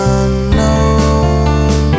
unknown